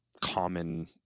common